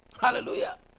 Hallelujah